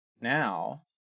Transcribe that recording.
now